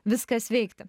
viskas veikti